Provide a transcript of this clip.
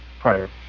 prior